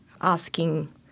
asking